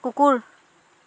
কুকুৰ